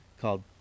called